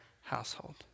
household